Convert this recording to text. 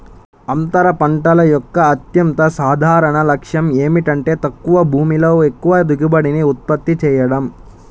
అంతర పంటల యొక్క అత్యంత సాధారణ లక్ష్యం ఏమిటంటే తక్కువ భూమిలో ఎక్కువ దిగుబడిని ఉత్పత్తి చేయడం